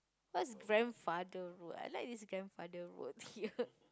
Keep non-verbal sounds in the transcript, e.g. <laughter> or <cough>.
what's grandfather road I like this grandfather road here <laughs>